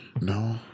No